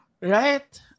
right